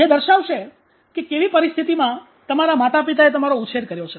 જે દર્શાવશે કે કેવી પરિસ્થિતિમાં તમારા માતાપિતાએ તમારો ઉછેર કર્યો છે